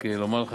רק לומר לך,